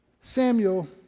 Samuel